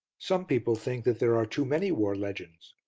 some people think that there are too many war legends,